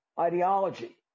Ideology